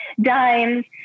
dimes